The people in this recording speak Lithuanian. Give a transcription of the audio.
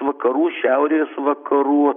vakarų šiaurės vakarų